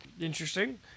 interesting